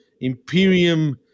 Imperium